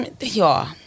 y'all